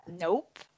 Nope